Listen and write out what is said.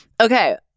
Okay